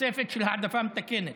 תוספת של העדפה מתקנת.